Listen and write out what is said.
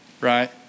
right